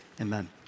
Amen